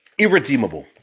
irredeemable